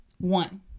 One